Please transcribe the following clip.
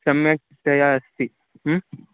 सम्यक्तया अस्ति